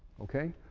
okay?